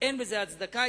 אין בזה הצדקה.